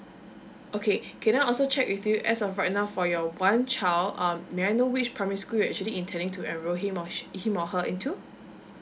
okay can I also check with you as of right now for your one child um may I know which primary school you're actually intending to enroll him or she him or her into